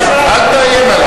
אל תאיים עלי.